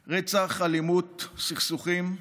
רצח, אלימות, סכסוכים,